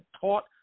taught